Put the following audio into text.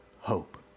hope